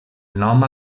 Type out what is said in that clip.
nom